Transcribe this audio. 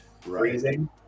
freezing